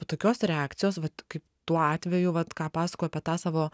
po tokios reakcijos vat kaip tuo atveju vat ką pasakoju apie tą savo